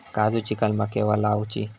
काजुची कलमा केव्हा लावची?